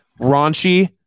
raunchy